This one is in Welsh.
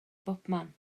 bobman